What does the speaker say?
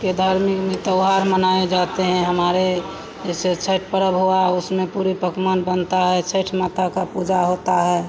में त्योहार मनाए जाते हैं हमारे जैसे छठ पर्व हुआ उसमें पूड़ी पकवान बनता है छठ माता की पूजा होती है